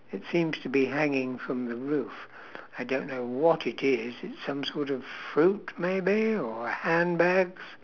it seems to be hanging from the roof I don't know what it is it's some sort of fruit maybe or handbags